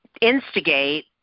instigate